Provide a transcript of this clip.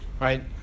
right